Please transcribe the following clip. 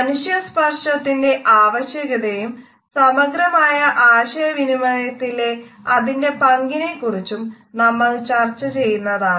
മനുഷ്യസ്പര്ശനത്തിന്റെ ആവശ്യകതയും സമഗ്രമായ ആശയവിനിമയത്തിലെ അതിന്റെ പങ്കിനെക്കുറിച്ചും നമ്മൾ ചർച്ച ചെയ്യുന്നതാണ്